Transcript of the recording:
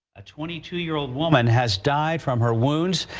a twenty two year old woman has died from her wounds.